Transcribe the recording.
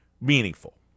meaningful